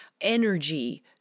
energy